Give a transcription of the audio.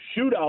shootout